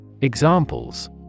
Examples